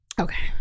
Okay